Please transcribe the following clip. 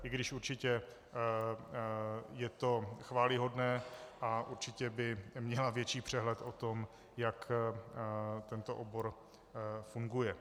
I když určitě je to chvályhodné a určitě by měla větší přehled o tom, jak tento obor funguje.